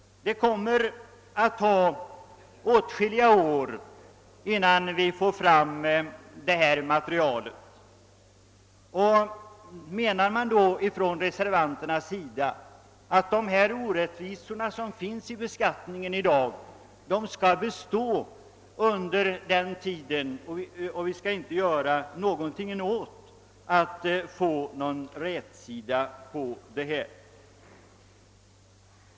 Det kommer att ta åtskil liga år innan vi får fram det materialet. Menar reservanterna att de orättvisor som i dag finns i beskattningen skall bestå till dess och att vi under den tiden inte skall göra någonting för att få rätsida på problemet?